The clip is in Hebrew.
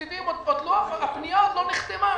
הפנייה עוד לא נחתמה.